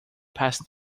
past